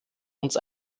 uns